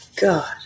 God